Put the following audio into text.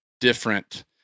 different